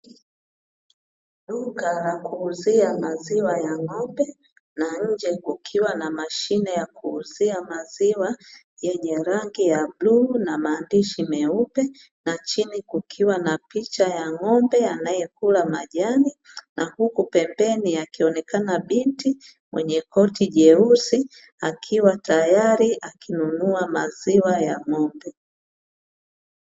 Duka la kuuzia maziwa ya ng'ombe, na nje kukiwa na mashine ya kuuzia maziwa yenye rangi ya bluu na maandishi meupe, na chini kukiwa na picha ya ng'ombe anayekula majani, na huku pembeni akionekana binti mwenye koti jeusi, akiwa tayari akinunua maziwa ya ng'ombe.